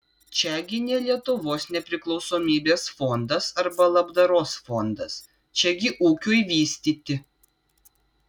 čiagi ne lietuvos nepriklausomybės fondas arba labdaros fondas čiagi ūkiui vystyti